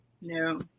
No